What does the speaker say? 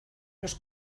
los